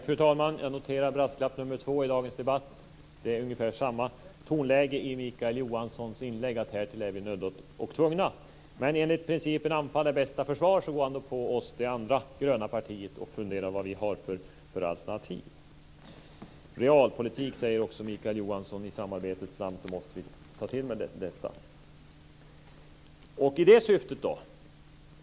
Fru talman! Jag noterar brasklapp nr 2 i dagens debatt. Det är ungefär samma tonläge i Mikael Johanssons inlägg: Härtill är vi nödda och tvungna. Men enligt principen anfall är bästa försvar går han på oss i det andra gröna partiet och funderar över vad vi har för alternativ. Realpolitik, säger också Mikael Johansson. I samarbetets namn måste man ta till det.